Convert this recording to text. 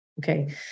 okay